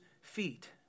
feet